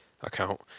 account